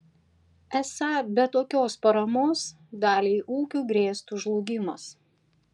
esą be tokios paramos daliai ūkių grėstų žlugimas